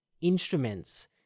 instruments